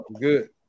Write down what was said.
Good